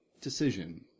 decision